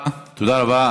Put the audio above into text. תודה רבה.